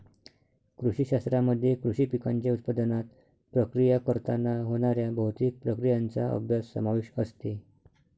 कृषी शास्त्रामध्ये कृषी पिकांच्या उत्पादनात, प्रक्रिया करताना होणाऱ्या भौतिक प्रक्रियांचा अभ्यास समावेश असते